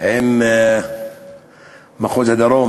עם מחוז הדרום